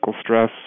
stress